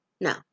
No